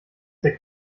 der